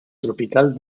tropical